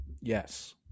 Yes